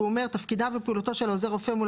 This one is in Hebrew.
והוא אומר: תפקידיו ופעולתו של עוזר רופא מול